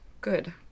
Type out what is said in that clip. good